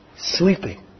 sleeping